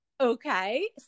Okay